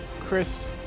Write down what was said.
Chris